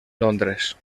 londres